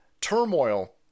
Turmoil